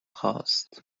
خاست